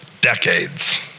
decades